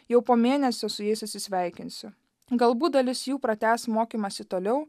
jau po mėnesio su jais atsisveikinsiu galbūt dalis jų pratęs mokymąsi toliau